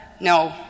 No